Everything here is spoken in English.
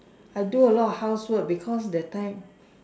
I do a lot of housework because that time